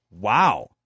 wow